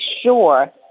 sure